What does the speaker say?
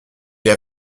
est